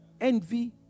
Envy